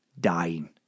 dying